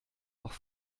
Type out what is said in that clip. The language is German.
noch